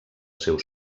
seu